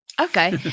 Okay